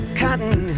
cotton